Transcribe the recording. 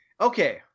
okay